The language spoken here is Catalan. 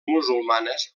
musulmanes